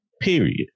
Period